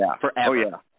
forever